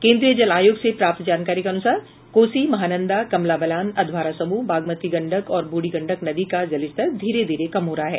केन्द्रीय जल आयोग से प्राप्त जानकारी के अनुसार कोसी महानंदा कमला बलान अधवारा समूह बागमती गंडक और बूढ़ी गंडक नदी का जलस्तर धीरे धीरे कम हो रहा है